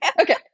Okay